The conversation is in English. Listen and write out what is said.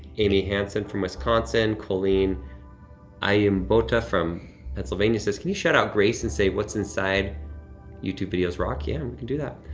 amy hansen from wisconsin. colleen iambota from pennsylvania says, can you shout-out grace and say, what's inside youtube videos rock yeah, and and we can do that.